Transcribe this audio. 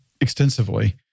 extensively